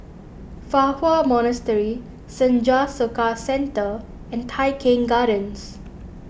Fa Hua Monastery Senja Soka Centre and Tai Keng Gardens